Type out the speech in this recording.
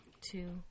two